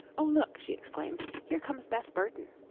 oh, look, she exclaimed, here comes beth burton.